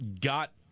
got